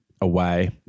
away